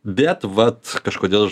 bet vat kažkodėl